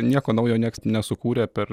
nieko naujo nieks nesukūrė per